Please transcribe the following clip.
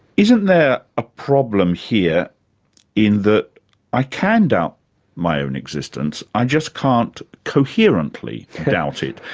isn't there a problem here in that i can doubt my own existence, i just can't coherently doubt it.